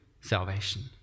salvation